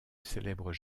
célèbre